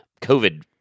COVID